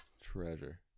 treasure